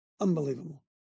Unbelievable